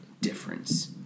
difference